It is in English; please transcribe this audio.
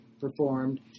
performed